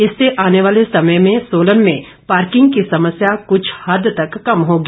इससे आने वाले समय में सोलन में पार्किंग की समस्या कुछ हद तक कम होगी